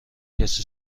کسی